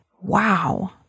wow